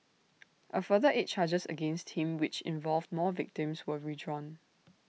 A further eight charges against him which involved more victims were withdrawn